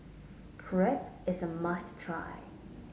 crepe is a must try